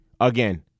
Again